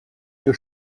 ihr